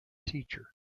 teacher